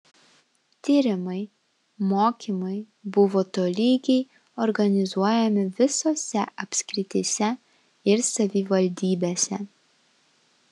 tyrimai mokymai buvo tolygiai organizuojami visose apskrityse ir savivaldybėse